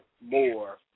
more